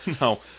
No